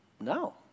no